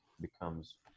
becomes